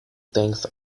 things